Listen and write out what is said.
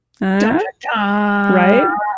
Right